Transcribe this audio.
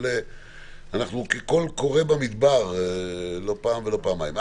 אנחנו כקול קורא במדבר לא פעם ולא פעמיים.